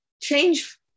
Change